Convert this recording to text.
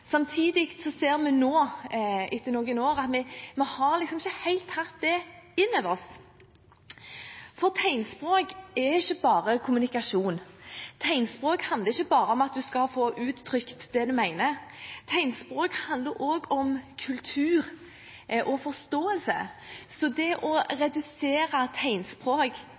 Samtidig ser vi nå etter noen år at vi ikke har tatt det helt inn over oss. Tegnspråk er ikke bare kommunikasjon. Tegnspråk handler ikke bare om at en skal få uttrykt det en mener. Tegnspråk handler også om kultur og forståelse. Det å redusere tegnspråk